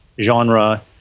genre